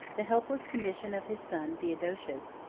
the helpless condition of his son theodosius,